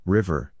River